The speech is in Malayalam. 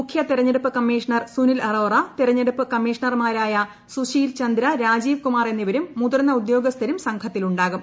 മുഖ്യ തിരഞ്ഞെടുപ്പ് കമ്മീഷണർ സുനിൽ അറോറ തിരഞ്ഞെടുപ്പ് കമ്മീഷണർമാരായ സുശീൽ ചന്ദ്ര രാജീവ് കുമാർ എന്നിവരും മുതിർന്ന ഉദ്യോഗസ്ഥരും സംഘത്തിലുണ്ടാകും